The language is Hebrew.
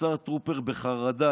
השר טרופר, בחרדה.